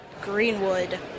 Greenwood